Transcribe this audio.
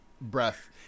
breath